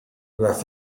las